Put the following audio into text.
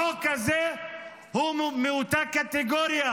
החוק הזה הוא מאותה קטגוריה